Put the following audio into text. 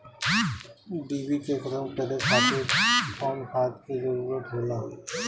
डिभी के खत्म करे खातीर कउन खाद के जरूरत होला?